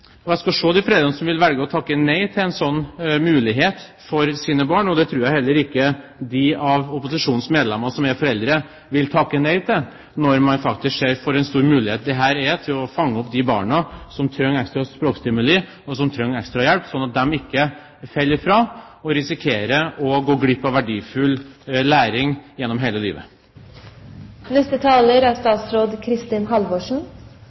foreldre. Jeg skal se de foreldrene som vil velge å takke nei til en slik mulighet for sine barn. Det tror jeg heller ikke de av opposisjonens medlemmer som er foreldre, vil takke nei til når man faktisk ser hvilken stor mulighet dette er til å fange opp de barna som trenger ekstra språkstimuli, og som trenger ekstra hjelp, slik at de ikke faller fra og risikerer å gå glipp av verdifull læring